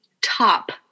top